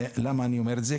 למה אני אומר את זה?